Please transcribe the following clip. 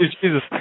Jesus